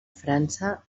frança